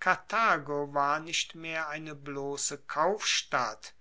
karthago war nicht mehr eine blosse kaufstadt